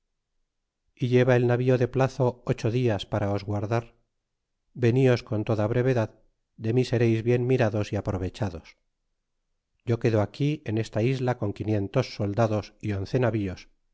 y lleva el navío de plazo ocho dias para os aguardar veníos con toda brevedad de mi seréis bien mirados y aprovechados yo quedo aquí en esta isla con quinientos soldados y once navíos